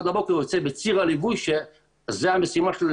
בבוקר הוא ייצא בציר הליווי שזו המשימה שלו בעצם,